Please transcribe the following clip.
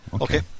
okay